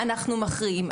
אנחנו מכריעים.